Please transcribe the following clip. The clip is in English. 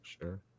sure